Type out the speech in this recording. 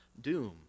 doom